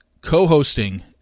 co-hosting